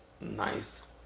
nice